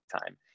time